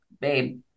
babe